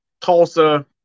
Tulsa